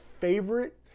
favorite